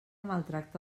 maltracta